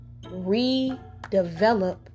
redevelop